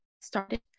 started